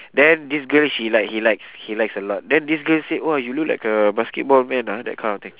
then this girl she like he likes he likes a lot then this girl said oh you look like a basketball man ah that kind of thing